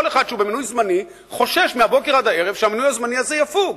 כל אחד שהוא במינוי זמני חושש מהבוקר עד הערב שהמינוי הזמני הזה יפוג,